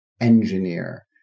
engineer